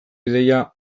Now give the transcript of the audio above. ideia